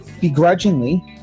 begrudgingly